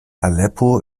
aleppo